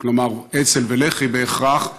של אצ"ל ולח"י בהכרח,